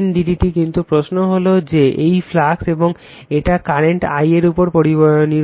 N d d t কিন্তু প্রশ্ন হল যে এই ফ্লাক্স এবং এটা কারেন্ট I এর উপর নির্ভর করে